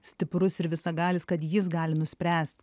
stiprus ir visagalis kad jis gali nuspręst